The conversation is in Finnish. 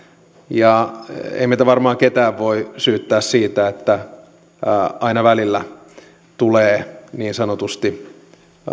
ja ei meistä varmaan ketään voi syyttää siitä että aina välillä tulee niin sanotusti